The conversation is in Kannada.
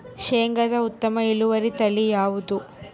ಶೇಂಗಾದ ಉತ್ತಮ ಇಳುವರಿ ತಳಿ ಯಾವುದು?